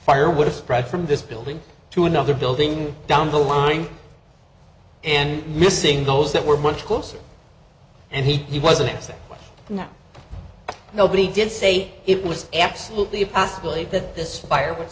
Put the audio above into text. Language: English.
fire would have spread from this building to another building down the line and missing those that were much closer and he wasn't saying no nobody did say it was absolutely a possibility that this fire would